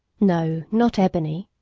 no, not ebony.